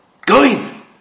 Goin